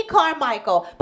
Carmichael